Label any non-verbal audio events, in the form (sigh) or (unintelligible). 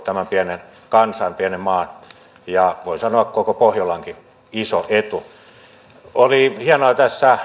(unintelligible) tämän pienen kansan pienen maan ja voi sanoa koko pohjolankin iso etu oli hienoa